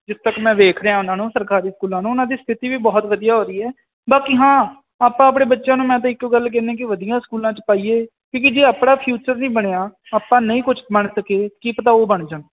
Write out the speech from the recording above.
ਤਕ ਮੈਂ ਵੇਖ ਰਿਹਾ ਉਹਨਾਂ ਨੂੰ ਸਰਕਾਰੀ ਸਕੂਲਾਂ ਨੂੰ ਉਹਨਾਂ ਦੀ ਸਥਿਤੀ ਵੀ ਬਹੁਤ ਵਧੀਆ ਹੋ ਰਹੀ ਹੈ ਬਾਕੀ ਹਾਂ ਆਪਾਂ ਆਪਣੇ ਬੱਚਿਆਂ ਨੂੰ ਮੈਂ ਤਾਂ ਇੱਕੋ ਗੱਲ ਕਹਿੰਦੇ ਕਿ ਵਧੀਆ ਸਕੂਲਾਂ ਚ ਪਾਈਏ ਕਿਉਂਕਿ ਜੇ ਆਪਣਾ ਫਿਊਚਰ ਨਹੀਂ ਬਣਿਆ ਆਪਾਂ ਨਹੀਂ ਕੁਝ ਬਣ ਸਕੇ ਕੀ ਪਤਾ ਉਹ ਬਣ ਜਾਣ